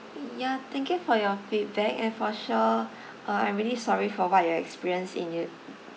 ya thank you for your feedback and for sure uh I'm really sorry for what you've experience in it